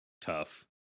tough